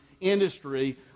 industry